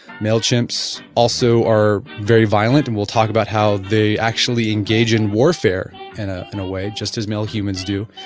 male chimps also are very violent and we'll talk about how they actually engage in warfare in ah in a way just as male humans do.